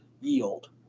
Yield